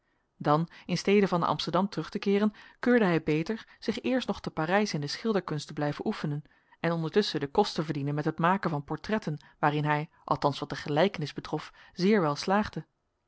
dan in stede van naar amsterdam terug te keeren keurde hij beter zich eerst nog te parijs in de schilderkunst te blijven oefenen en ondertusschen den kost te verdienen met het maken van portretten waarin hij althans wat de gelijkenis betrof zeer wel slaagde